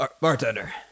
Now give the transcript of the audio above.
Bartender